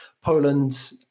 Poland